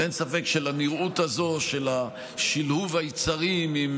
ואין ספק שלנראות הזו של שלהוב היצרים עם